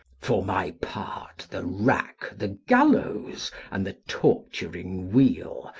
for my part, the rack, the gallows, and the torturing wheel,